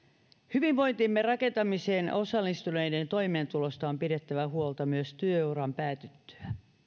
hyvinvointimme rakentamiseen osallistuneiden toimeentulosta on pidettävä huolta myös työuran päätyttyä